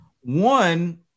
One